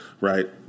right